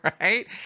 Right